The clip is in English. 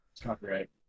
Copyright